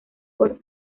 por